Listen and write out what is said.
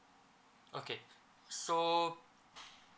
okay so